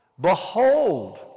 Behold